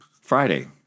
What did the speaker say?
Friday